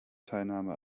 teilnahme